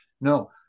No